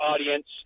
Audience